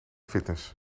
fitness